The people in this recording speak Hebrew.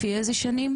לפי איזה שנים?